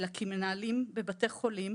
אלא כי מנהלים בבתי חולים